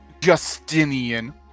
Justinian